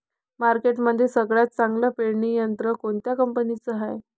मार्केटमंदी सगळ्यात चांगलं पेरणी यंत्र कोनत्या कंपनीचं हाये?